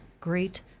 great